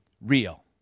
real